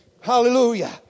Hallelujah